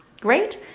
Great